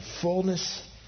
fullness